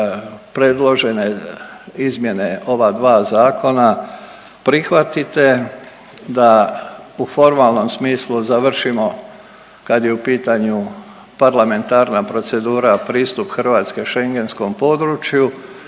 predložene izmjene ova dva zakona prihvatite, da u formalnom smislu završimo kad je u pitanju parlamentarna procedura pristup Hrvatske Schengenskom području